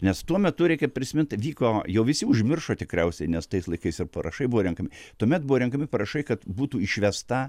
nes tuo metu reikia prisimint vyko jau visi užmiršo tikriausiai nes tais laikais ir parašai buvo renkami tuomet buvo renkami parašai kad būtų išvesta